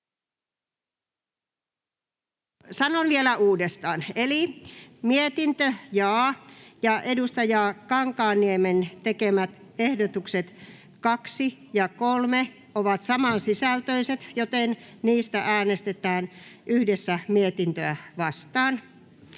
hallinnonala Time: N/A Content: Toimi Kankaanniemen ehdotukset 2 ja 3 ovat saman sisältöisiä, joten niistä äänestetään yhdessä mietintöä vastaan.